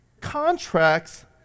Contracts